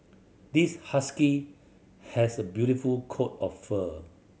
this husky has a beautiful coat of fur